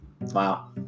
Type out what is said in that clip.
Wow